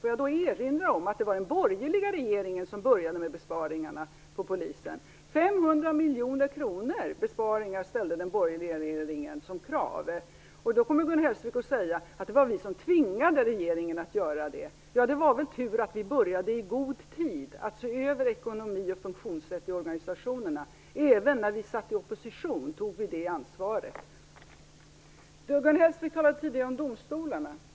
Får jag då erinra om att det var den borgerliga regeringen som började med besparingarna på Polisen. Besparingar på 500 miljoner kronor ställde den borgerliga regeringen som krav. Då kommer förmodligen Gun Hellsvik att säga att det var vi som tvingade regeringen att göra besparingarna. Men det var väl tur att vi i god tid började att se över ekonomi och funktionssätt i organisationerna. Även när vi satt i opposition tog vi det ansvaret. Gun Hellsvik talade tidigare om domstolarna.